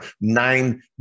nine